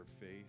faith